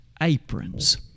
Aprons